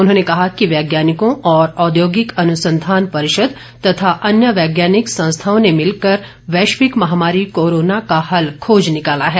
उन्होंने कहा कि वैज्ञानिकों और औद्योगिक अनुसंघान परिषद तथा अन्य वैज्ञानिक संस्थाओं ने मिलकर वैश्विक महामारी कोरोना का हल खोज निकाला है